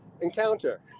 encounter